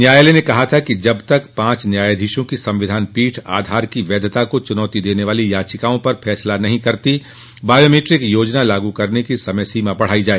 न्यायालय ने कहा था कि जब तक पांच न्यायाधीशों की संविधान पीठ आधार की वैधता को चुनौती देने वाली याचिकाओं पर फैसला नहीं देती बायोमीट्रिक योजना लागू करने की समयसीमा बढ़ाई जाए